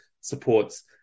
supports